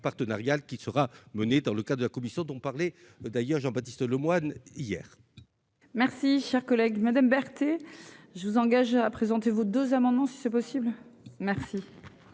qui sera menée dans le cas de la commission dont parlait d'ailleurs Jean-Baptiste Lemoyne hier. Merci, cher collègue Madame Berthe et je vous engage à présenter vos deux amendements, si c'est possible. Merci